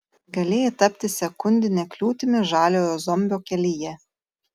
galėjai tapti sekundine kliūtimi žaliojo zombio kelyje